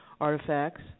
artifacts